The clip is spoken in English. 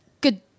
good